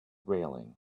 railing